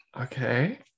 Okay